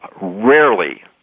rarely